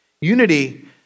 Unity